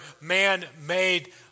man-made